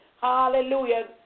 Hallelujah